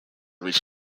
reach